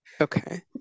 okay